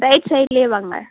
right சைட்டிலே வாங்க